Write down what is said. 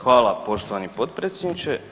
Hvala poštovani potpredsjedniče.